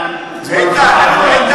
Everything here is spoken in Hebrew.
זמנך עבר.